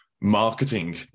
marketing